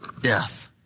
death